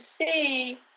see